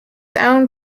owned